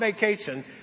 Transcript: vacation